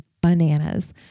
bananas